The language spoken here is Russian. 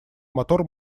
мотор